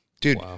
Dude